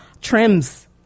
Trims